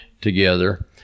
together